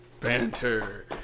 Banter